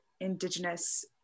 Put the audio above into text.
Indigenous